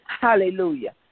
Hallelujah